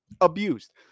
abused